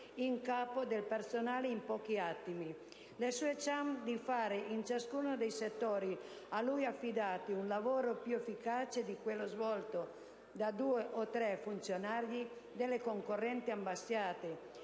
in capo del personale. Le sue *chances* di svolgere in ciascuno dei settori a lui affidati un lavoro più efficace di quello svolto da due o tre funzionari delle concorrenti ambasciate